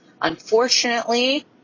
Unfortunately